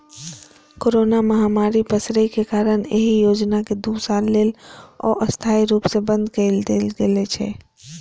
corona महामारी पसरै के कारण एहि योजना कें दू साल लेल अस्थायी रूप सं बंद कए देल गेल छै